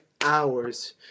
hours